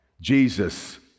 jesus